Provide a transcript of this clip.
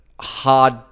hard